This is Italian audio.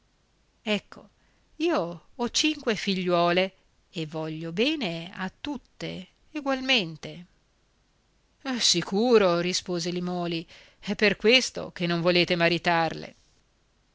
ecco io ho cinque figliuole e voglio bene a tutte egualmente sicuro rispose limòli è per questo che non volete maritarle